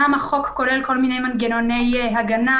כולם חוץ ממני מכירים את המושג,